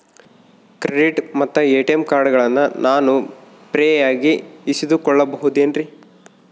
Credit ಮತ್ತ ATM ಕಾರ್ಡಗಳನ್ನ ನಾನು ಫ್ರೇಯಾಗಿ ಇಸಿದುಕೊಳ್ಳಬಹುದೇನ್ರಿ?